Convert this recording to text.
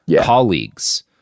colleagues